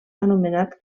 anomenat